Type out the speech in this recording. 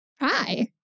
Hi